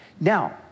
Now